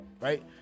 right